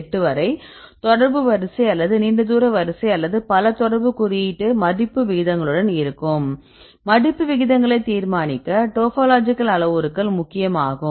8 வரை தொடர்பு வரிசை அல்லது நீண்ட தூர வரிசை அல்லது பல தொடர்பு குறியீட்டு மடிப்பு விகிதங்களுடன் இருக்கும் மடிப்பு விகிதங்களை தீர்மானிக்க டோபோலாஜிக்கல் அளவுருக்கள் முக்கியம் ஆகும்